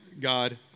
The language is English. God